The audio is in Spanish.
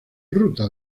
ruta